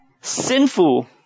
sinful